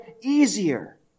easier